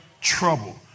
trouble